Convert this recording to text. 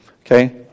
Okay